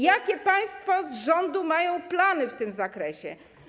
Jakie państwo z rządu mają plany w tym zakresie?